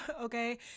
okay